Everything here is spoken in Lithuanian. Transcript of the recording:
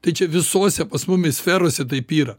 tai čia visose pas mumis sferose taip yra